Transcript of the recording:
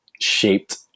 shaped